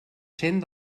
cent